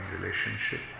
relationship